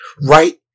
right